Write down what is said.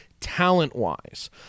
talent-wise